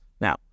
Now